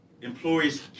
employees